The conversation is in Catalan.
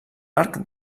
arc